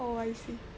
oh I see